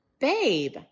Babe